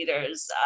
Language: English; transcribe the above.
leaders